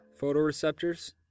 photoreceptors